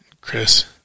Chris